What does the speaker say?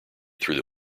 through